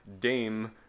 dame